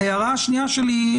ההערה השנייה שלי.